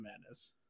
Madness